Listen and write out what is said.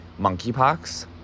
monkeypox—